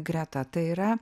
greta tai yra